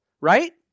right